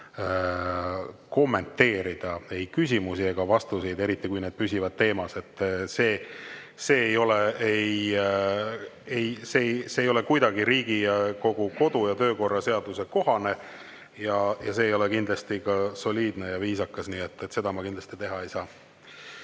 kommenteerida ei küsimusi ega vastuseid, eriti kui need püsivad teemas. See ei ole kuidagi Riigikogu kodu- ja töökorra seaduse kohane ja see ei ole kindlasti ka soliidne ja viisakas. Seda ma kindlasti teha ei saa. Mart